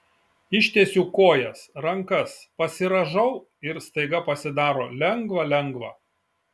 ištiesiu kojas rankas pasirąžau ir staiga pasidaro lengva lengva